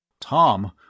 Tom